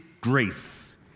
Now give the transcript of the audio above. grace